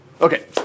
okay